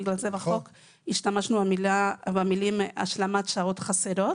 בגלל זה בחוק השתמשנו במילים "השלמת שעות חסרות".